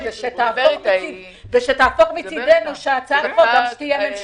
ושתהפוך מצדנו את ההצעה להצעת חוק ממשלתית.